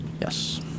Yes